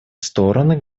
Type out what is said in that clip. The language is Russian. стороны